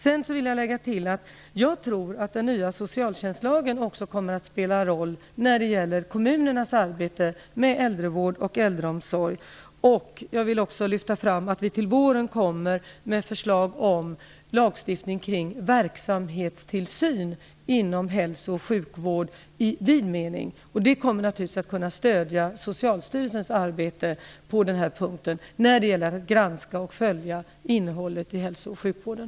Sedan vill jag lägga till att jag tror att den nya socialtjänstlagen också kommer att spela en roll när det gäller kommunernas arbete med äldrevård och äldreomsorg. Jag vill också lyfta fram att vi till våren kommer med förslag om lagstiftning kring verksamhetstillsyn inom hälso och sjukvård i vid mening. Det kommer naturligtvis att vara ett stöd i Socialstyrelsens arbete med att granska och följa innehållet i hälso och sjukvården.